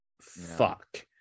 fuck